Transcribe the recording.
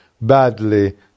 badly